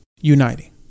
uniting